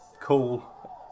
cool